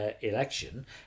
election